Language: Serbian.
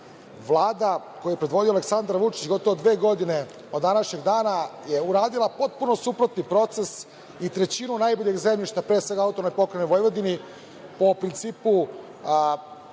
Vlada koju je predvodio Aleksandar Vučić gotovo dve godine od današnjeg dana je uradila potpuno suprotan proces i trećinu najboljeg zemljišta, pre svega AP Vojvodine, po principu